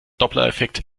dopplereffekt